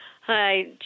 Hi